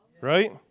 right